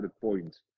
points